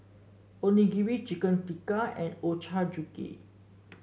Onigiri Chicken Tikka and Ochazuke